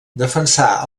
defensà